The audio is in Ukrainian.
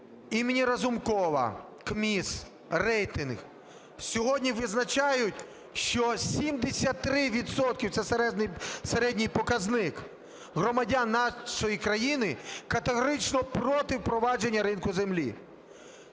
імені Разумкова, КМІС, "Рейтинг" – сьогодні визначають, що 73 відсотки, це середній показник, громадян нашої країни категорично проти впровадження ринку землі.